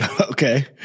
Okay